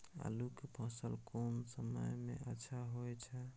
आलू के फसल कोन समय में अच्छा होय छै?